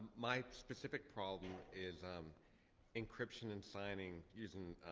my specific problem is um encryption and signing using